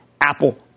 Apple